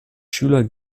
schüler